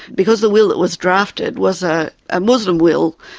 because the will that was drafted, was a ah muslim will,